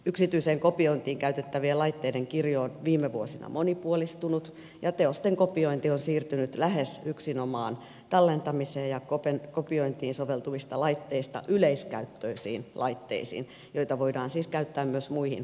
yksityiseen kopiointiin käytettävien laitteiden kirjo on viime vuosina monipuolistunut ja teosten kopiointi on siirtynyt lähes yksinomaan tallentamiseen ja kopiointiin soveltuvista laitteista yleiskäyttöisiin laitteisiin joita voidaan siis käyttää myös muihin tarkoituksiin